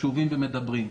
קשובים ומדברים?